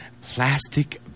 plastic